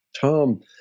Tom